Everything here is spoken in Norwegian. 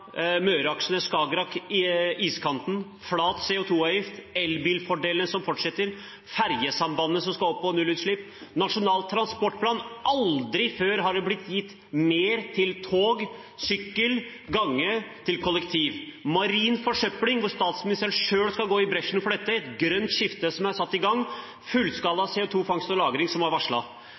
Skagerrak, iskanten, flat CO 2 -avgift, elbilfordelene som fortsetter, fergesambandene, som skal over på nullutslipp, Nasjonal transportplan, der det aldri før har blitt gitt mer til tog, sykkel, gange og kollektiv, marin forsøpling, som statsministeren selv skal gå i bresjen mot, et grønt skifte, som er satt i gang, fullskala CO 2 -fangst og -lagring, som er